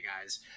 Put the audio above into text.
guys